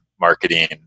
marketing